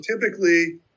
typically